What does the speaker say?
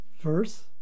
verse